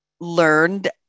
learned